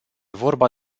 vorba